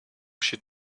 she